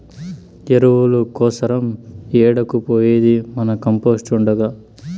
ఎరువుల కోసరం ఏడకు పోయేది మన కంపోస్ట్ ఉండగా